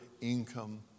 income